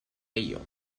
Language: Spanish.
ello